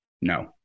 no